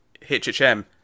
HHM